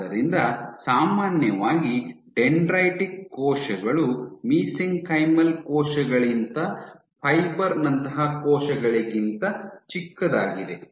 ಆದ್ದರಿಂದ ಸಾಮಾನ್ಯವಾಗಿ ಡೆಂಡ್ರೈಟಿಕ್ ಕೋಶಗಳು ಮಿಸೆಂಕೈಮಲ್ ಕೋಶಗಳಿಗಿಂತ ಫೈಬರ್ ನಂತಹ ಕೋಶಗಳಿಗಿಂತ ಚಿಕ್ಕದಾಗಿದೆ